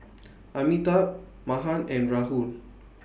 Amitabh Mahan and Rahul